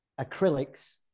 acrylics